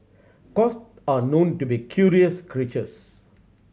are known to be curious creatures